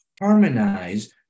harmonize